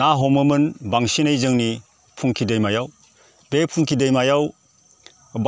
ना हमोमोन बांसिनै जोंनि फुंखि दैमायाव बे फुंखि दैमायाव